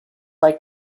like